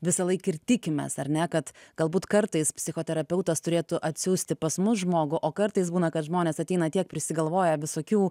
visąlaik ir tikimės ar ne kad galbūt kartais psichoterapeutas turėtų atsiųsti pas mus žmogų o kartais būna kad žmonės ateina tiek prisigalvoja visokių